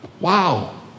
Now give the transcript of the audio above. Wow